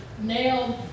nailed